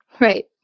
Right